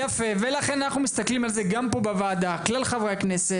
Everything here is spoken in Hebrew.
יפה ולכן אנחנו מסתכלים על זה גם פה בוועדה כלל חברי הכנסת